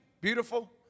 beautiful